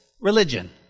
Religion